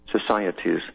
societies